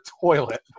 toilet